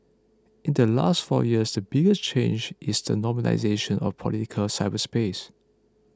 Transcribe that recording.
in the last four years the biggest change is the normalisation of political cyberspace